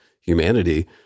humanity